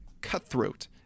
cutthroat